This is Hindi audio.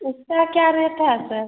उसका क्या रेट है सर